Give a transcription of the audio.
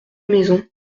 maisons